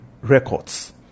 records